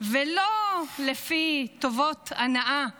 ולא לפי טובות הנאה מגזריות,